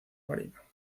marino